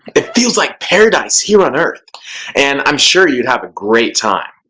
it feels like paradise here on earth and i'm sure you'd have a great time.